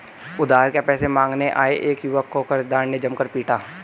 उधार के पैसे मांगने आये एक युवक को कर्जदार ने जमकर पीटा